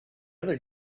other